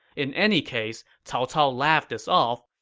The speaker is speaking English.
in any case, cao cao laughed this off,